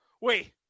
Wait